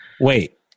Wait